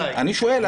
ואני שואל,